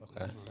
Okay